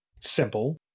simple